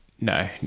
No